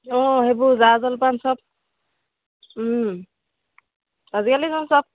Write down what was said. অঁ সেইবোৰ জা জলপান চব আজিকালি চোন চব